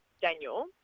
Daniel